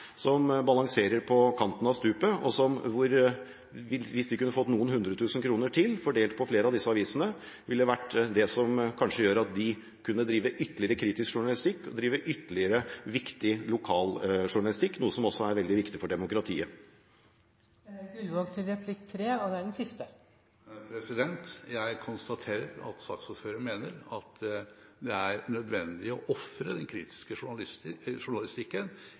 som balanserer på kanten av stupet, og som – hvis de kunne fått noen hundre tusen kroner til, fordelt på disse avisene – ville hatt de midlene som kanskje gjorde at de kunne drive ytterligere kritisk journalistikk og drive ytterligere viktig lokal journalistikk, noe som også er veldig viktig for demokratiet. Jeg konstaterer at saksordføreren mener at det er nødvendig å ofre den kritiske journalistikken